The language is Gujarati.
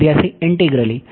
વિદ્યાર્થી ઇન્ટીગ્રલી